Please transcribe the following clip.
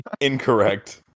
incorrect